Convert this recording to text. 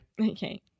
Okay